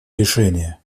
решения